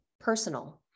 personal